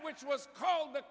which was called the